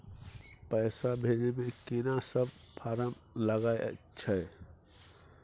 पैसा भेजै मे केना सब फारम लागय अएछ?